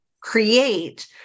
create